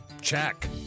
check